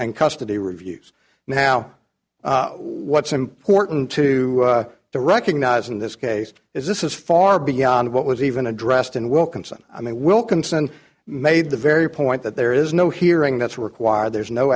and custody reviews now what's important to the recognise in this case is this is far beyond what was even addressed in wilkinson i mean wilkinson made the very point that there is no hearing that's required there's no